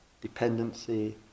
dependency